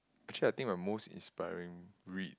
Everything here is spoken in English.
actually I think my most inspiring read